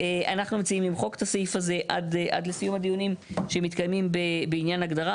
אנחנו מציעים למחוק את הסעיף הזה עד לסיום הדיונים שמתקיימים בעניין הגדרת